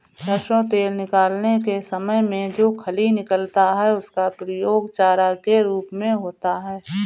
सरसों तेल निकालने के समय में जो खली निकलता है उसका प्रयोग चारा के रूप में होता है